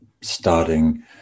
starting